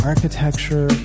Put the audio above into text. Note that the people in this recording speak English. architecture